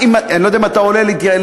אני לא יודע אם אתה עולה לדבר,